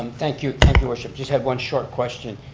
and thank you, your worship. just had one short question.